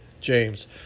James